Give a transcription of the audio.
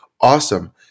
Awesome